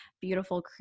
beautiful